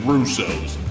Russo's